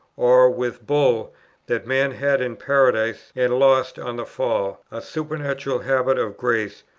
or with bull that man had in paradise and lost on the fall, a supernatural habit of grace,